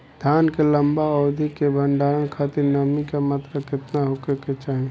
धान के लंबा अवधि क भंडारण खातिर नमी क मात्रा केतना होके के चाही?